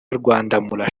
rwandamura